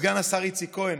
לסגן השר איציק כהן,